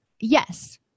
yes